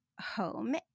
home